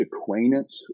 acquaintance